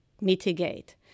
mitigate